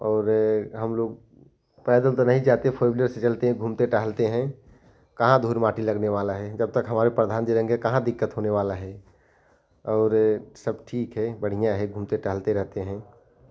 और हम लोग पैदल तो नहीं जाते फोर वीलर से चलते हैं घूमते टहलते हैं कहाँ धुल माटी लगने वाला है जब तक हमारे प्रधान जी रहेंगे कहाँ दिक्कत होने वाला है और सब ठीक है बढ़िया है घूमते टहलते रहते हैं